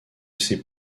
ces